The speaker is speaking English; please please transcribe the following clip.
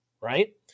right